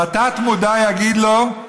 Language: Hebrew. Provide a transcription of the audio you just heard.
התת-מודע יגיד לו: